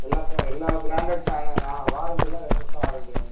எல்லா ஃபே எல்லா பிராண்டட் ஃபேனு ஆ வாரண்ட்டிலாம் ரெண்டு வருஷம் வாரண்ட்டி உண்டு சார்